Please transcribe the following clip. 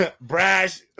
brash